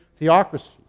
theocracies